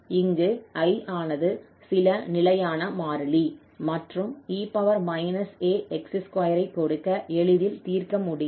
இங்கு 𝐼 ஆனது சில நிலையான மாறிலி மற்றும் e ax2 ஐ கொடுக்க எளிதாக தீர்க்க முடியும்